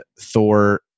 Thor